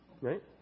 Right